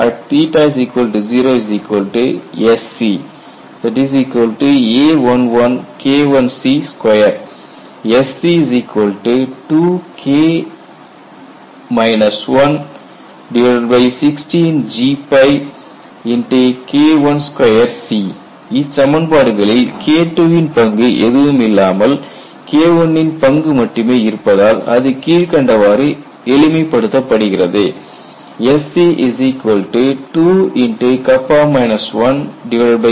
𝞱 0 Sc a11KIC2 Sc 216GKIC2 இச்சமன்பாடுகளில் KII ன் பங்கு எதுவும் இல்லாமல் KI ன் பங்கு மட்டுமே இருப்பதால் அது கீழ்க்கண்டவாறு எளிமைப் படுத்தப் படுகிறது